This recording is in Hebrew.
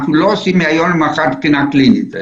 אנחנו לא עושים מהיום למחר בחינה קלינית.